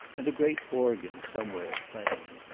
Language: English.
and a great organ somewhere, playing.